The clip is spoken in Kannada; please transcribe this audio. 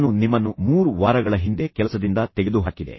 ನಾನು ನಿಮ್ಮನ್ನು 3 ವಾರಗಳ ಹಿಂದೆ ಕೆಲಸದಿಂದ ತೆಗೆದುಹಾಕಿದೆ